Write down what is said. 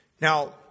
Now